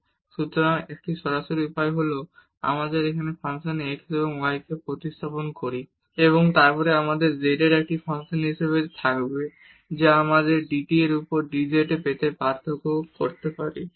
zxy xcost ysin t সুতরাং একটি সরাসরি উপায় হল আমরা এই ফাংশনে এখানে x এবং y কে প্রতিস্থাপন করি এবং তারপরে আমাদের z এর একটি ফাংশন হিসাবে থাকবে যা আমরা dt এর উপর dz পেতে পার্থক্য করতে পারি